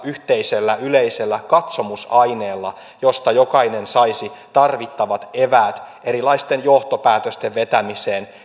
yhteisellä yleisellä katsomusaineella josta jokainen saisi tarvittavat eväät erilaisten johtopäätösten vetämiseen